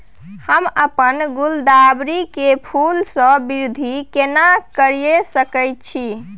हम अपन गुलदाबरी के फूल सो वृद्धि केना करिये सकेत छी?